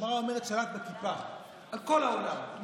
הגמרא אומרת: שלט בכיפה על כל העולם,